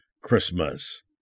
Christmas